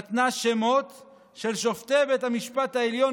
שנתנה שמות של שופטי בית המשפט העליון